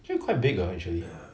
actually quite big hor actually